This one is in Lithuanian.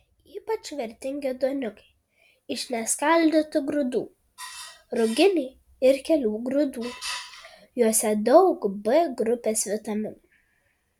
ypač vertingi duoniukai iš neskaldytų grūdų ruginiai ir kelių grūdų juose daug b grupės vitaminų